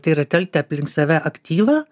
tai yra telkti aplink save aktyvą